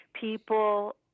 people